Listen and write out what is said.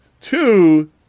two